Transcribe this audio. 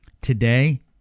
today